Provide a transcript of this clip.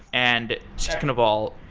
and second of all,